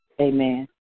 Amen